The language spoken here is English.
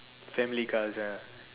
family cars ah